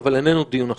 אבל איננו דיון אחרון.